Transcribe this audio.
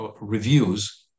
reviews